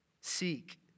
seek